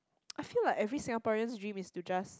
I feel like every Singaporean's dream is to just